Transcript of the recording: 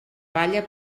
balla